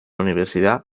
universidad